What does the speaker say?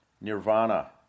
Nirvana